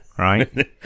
Right